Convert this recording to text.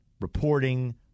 reporting